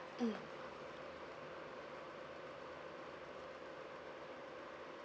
mm